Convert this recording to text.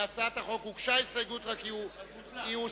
להצעת החוק הוגשה הסתייגות והיא הוסרה.